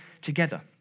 together